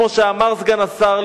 כמו שאמר סגן השר,